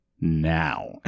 Now